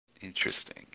Interesting